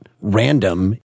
random